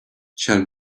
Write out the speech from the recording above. shall